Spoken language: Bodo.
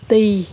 दै